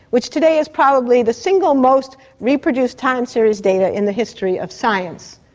which today is probably the single most reproduced time series data in the history of science.